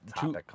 two